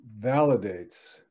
validates